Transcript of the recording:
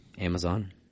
Amazon